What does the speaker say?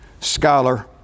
scholar